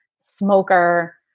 smoker